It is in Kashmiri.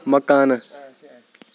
مکانہٕ